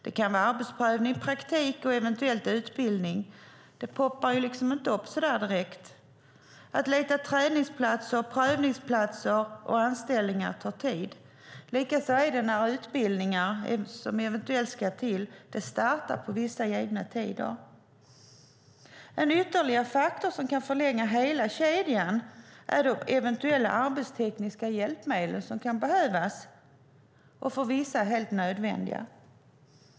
Det kan vara arbetsprövning, praktik och eventuellt utbildning, och det poppar inte upp så där direkt. Att leta träningsplatser, prövningsplatser och anställningar tar tid, och de utbildningar som eventuellt ska till startar vid vissa givna tider. En ytterligare faktor som kan förlänga hela kedjan är de eventuella arbetstekniska hjälpmedel som kan behövas och som för vissa är helt nödvändiga.